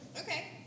Okay